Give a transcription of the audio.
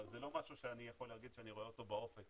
אבל זה לא משהו שא ני יכול להגיד שאני רואה אותו באופק